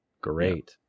great